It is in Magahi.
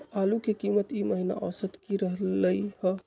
आलू के कीमत ई महिना औसत की रहलई ह?